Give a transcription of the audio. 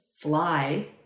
fly –